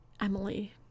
Emily